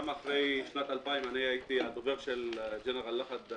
גם אחרי שנת 2000 הייתי באגודה של הגנרל לאחד.